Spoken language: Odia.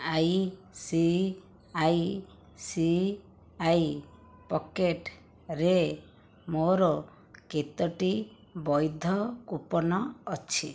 I C I C I ପକେଟ୍ରେ ମୋର କେତୋଟି ବୈଧ କୁପନ୍ ଅଛି